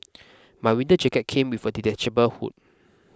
my winter jacket came with a detachable hood